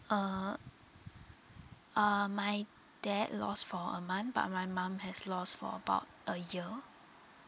uh uh my dad lost for a month but my mum has lost for about a year